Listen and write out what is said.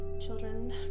children